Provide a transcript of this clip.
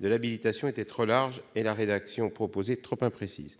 de l'habilitation était trop large et la rédaction proposée, trop imprécise.